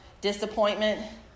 disappointment